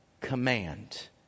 command